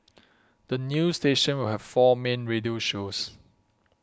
the new station will have four main radio shows